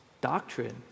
doctrine